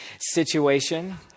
situation